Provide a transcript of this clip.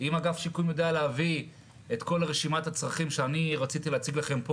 אם אגף שיקום יודע להביא את כל רשימת הצרכים שרציתי להציג לכם פה